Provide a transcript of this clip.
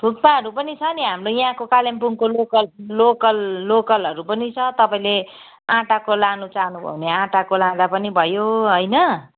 थुक्पाहरू पनि छ नि हाम्रो यहाँको कालिम्पोङको लोकल लोकल लोकलहरू पनि छ तपाईँले आँटाको लानु चाहनुभयो भने आँटाको लाँदा पनि भयो होइन